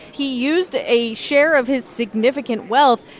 he used a share of his significant wealth,